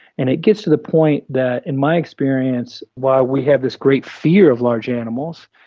and it gets to the point that in my experience while we have this great fear of large animals,